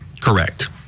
Correct